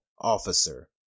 officer